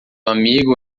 amigo